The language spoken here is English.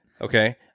Okay